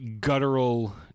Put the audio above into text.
guttural